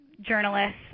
journalists